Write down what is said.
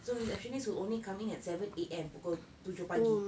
so receptionist will only come in at seven A_M pukul tujuh pagi